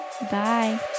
Bye